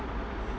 mm